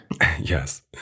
Yes